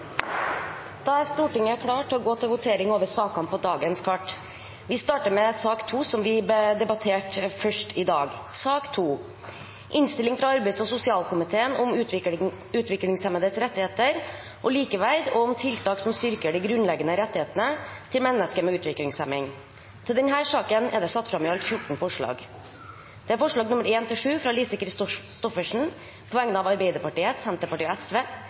Da er vi klare til å gå til votering. Vi starter med sak nr. 2, som vi debatterte først i dag. Under debatten er det satt fram i alt 14 forslag. Det er forslagene nr. 1–7, fra Lise Christoffersen på vegne av Arbeiderpartiet, Senterpartiet og